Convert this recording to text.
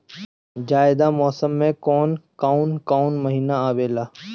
जायद मौसम में कौन कउन कउन महीना आवेला?